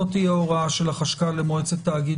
לא תהיה הוראה של החשכ"ל למועצת תאגיד